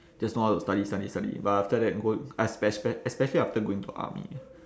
just know how to study study study but after that go I spe~ especially after going to army